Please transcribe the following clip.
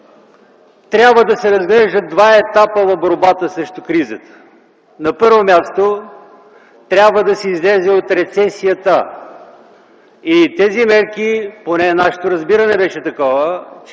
трябва да се разглеждат два етапа в борбата срещу кризата. На първо място, трябва да се излезе от рецесията и тези мерки, поне нашето разбиране беше такова,